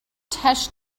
tesh